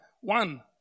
One